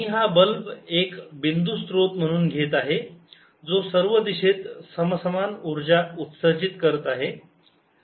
मी हा बल्ब एक बिंदू स्त्रोत म्हणून घेत आहे जो सर्व दिशेत समसमान ऊर्जा उत्सर्जित करत आहे